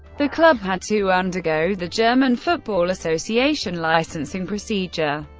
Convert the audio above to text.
the club had to undergo the german football association licensing procedure.